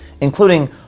including